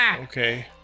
Okay